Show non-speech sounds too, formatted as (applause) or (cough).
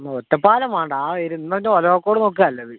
ഒറ്റപ്പാലം വേണ്ട ആ (unintelligible) ഒലവക്കോട് നോക്കുന്നതാ നല്ലത്